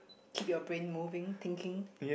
keep your brain moving thinking